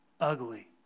ugly